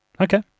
Okay